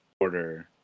order